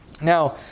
Now